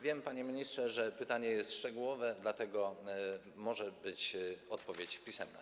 Wiem, panie ministrze, że pytanie jest szczegółowe, dlatego może być odpowiedź pisemna.